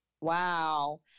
Wow